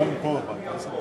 הגבולות המוכרים על-פי החוק.